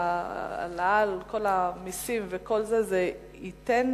האלכוהול, ההעלאה, כל המסים וכל זה, זה ייתן